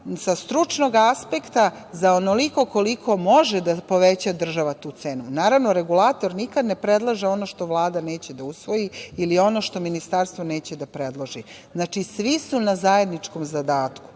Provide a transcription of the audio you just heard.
sa stručnog aspekta za onoliko koliko može da poveća država tu cenu. Naravno, regulator nikad ne predlaže ono što Vlada neće da usvoji ili ono što ministarstvo neće da predloži. Znači, svi su na zajedničkom zadatku.